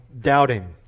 doubting